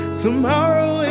tomorrow